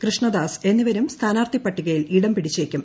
കൃഷ്ണദാസ് എന്നിവരും സ്ഥാനാർത്ഥി പട്ടികയിൽ ഇടം പിടിച്ചേക്കും